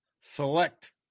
select